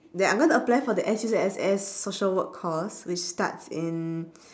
that I'm gonna apply for the S_U_S_S social work course which starts in